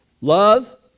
Love